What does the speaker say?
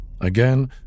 Again